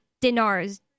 dinars